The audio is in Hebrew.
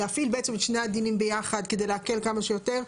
להפעיל בעצם את שני הדינים ביחד כדי להקל כמה שיותר.